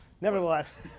nevertheless